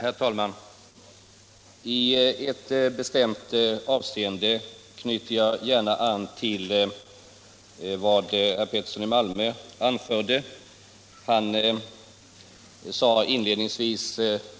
Herr talman! I ett bestämt avseende knyter jag gärna an till vad herr Pettersson i Malmö sade. Han sade inledningsvis